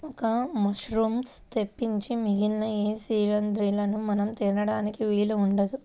ఒక్క మశ్రూమ్స్ తప్పించి మిగిలిన ఏ శిలీంద్రాలనూ మనం తినడానికి వీలు ఉండదు